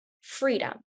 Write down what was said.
freedom